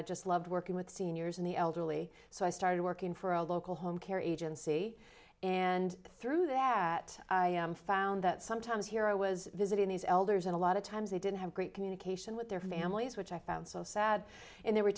i just loved working with seniors in the elderly so i started working for a local home care agency and through that i found that sometimes here i was visiting these elders and a lot of times they didn't have great communication with their families which i found so sad and they were